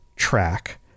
Track